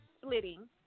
splitting